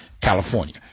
California